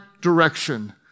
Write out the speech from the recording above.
direction